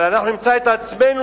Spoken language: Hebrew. אבל אנחנו נמצא את עצמנו,